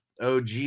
OG